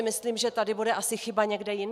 Myslím si, že tady bude asi chyba někde jinde.